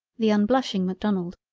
the unblushing macdonald,